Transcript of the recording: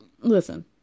listen